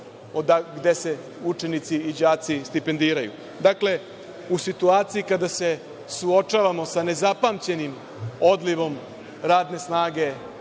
gde se učenici i đaci stipendiraju. Dakle, u situaciji kada se suočavamo sa nezapamćenim odlivom radne snage